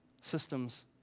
systems